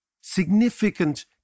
significant